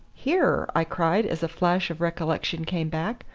here! i cried as a flash of recollection came back,